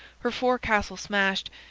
her forecastle smashed,